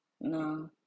no